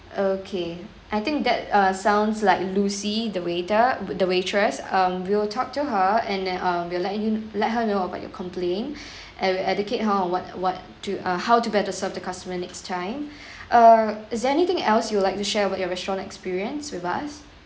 okay I think that uh sounds like lucy the waiter the the waitress um we'll talk to her and then uh we'll let you let her know about your complaint and educate her on what what to how to better serve the customer next time uh is anything else you'd like to share with your restaurant experience with us